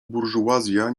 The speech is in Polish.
burżuazja